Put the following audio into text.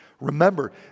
remember